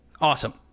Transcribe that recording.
Awesome